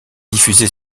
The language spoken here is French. diffusée